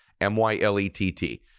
M-Y-L-E-T-T